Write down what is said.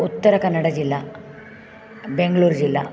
उत्तरकन्नडजिल्ला बेङ्गलूरुजिल्ला